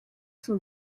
sont